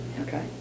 Okay